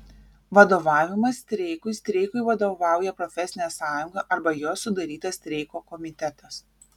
vadovavimas streikui streikui vadovauja profesinė sąjunga arba jos sudarytas streiko komitetas